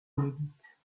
inédite